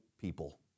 people